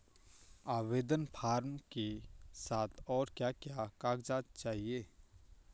आवेदन फार्म के साथ और क्या क्या कागज़ात चाहिए?